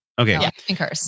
Okay